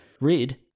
read